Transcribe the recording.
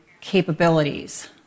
capabilities